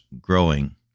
growing